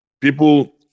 people